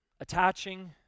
attaching